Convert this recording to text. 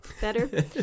better